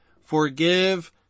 Forgive